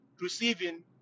receiving